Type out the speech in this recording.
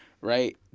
right